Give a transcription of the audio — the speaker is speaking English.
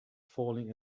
falling